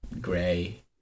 gray